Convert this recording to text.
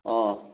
অঁ